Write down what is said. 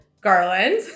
Garland